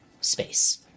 space